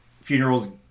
funerals